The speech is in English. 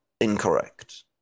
incorrect